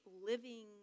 living